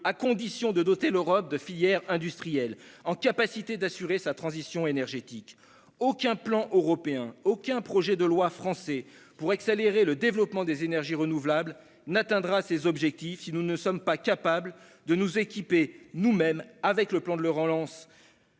à condition de doter l'Europe de filières industrielles en mesure d'assurer sa transition énergétique. Aucun plan européen, aucun projet de loi français pour accélérer le développement des énergies renouvelables n'atteindra ses objectifs si nous ne sommes pas capables de nous équiper par nos propres moyens.